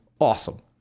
awesome